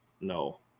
no